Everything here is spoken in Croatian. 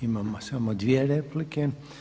Imamo samo dvije replike.